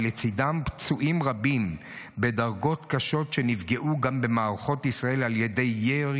ולצידם פצועים רבים בדרגות קשות שנפגעו במערכות ישראל על ידי ירי,